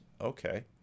Okay